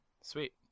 Sweet